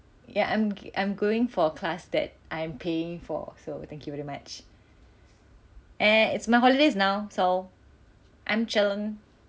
ya I'm I'm going for a class that I'm paying for so thank you very much and it's my holidays now so I'm chilling